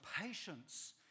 patience